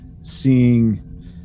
seeing